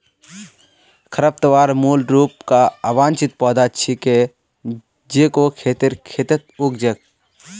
खरपतवार मूल रूप स अवांछित पौधा छिके जेको खेतेर खेतत उग छेक